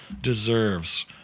deserves